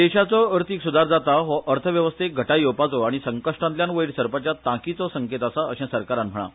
देशाचो अर्थिक सुदार जाता हो अर्थवेवस्थेक घटाय येवपाचो आनी संकश्टातल्यान वयर सरपाच्या तांकीचो संकेत आसा अर्श सरकारान म्हळा